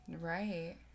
Right